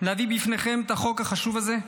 להביא בפניכם את החוק החשוב הזה,